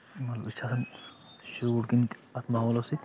مطلب أسۍ چھِ آسان سیٚوٗٹ گٔمٕتۍ اَتھ ماحولَس سۭتۍ